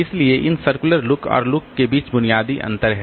इसलिए इन circular LOOK और LOOK के बीच बुनियादी अंतर हैं